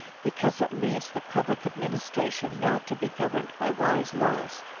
because it leaves the public administration not to be governed by wise laws,